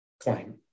claim